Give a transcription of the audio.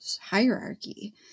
hierarchy